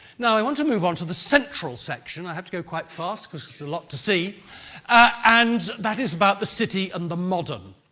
i want to move on to the central section, i have to go quite fast because there's a lot to see and that is about the city and the modern.